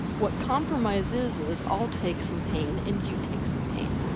what compromise is is, i'll take some pain and you take some pain.